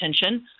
attention